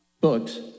books